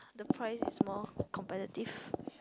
the price is more competitive